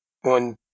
One